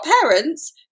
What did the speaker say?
parents